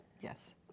Yes